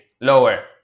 lower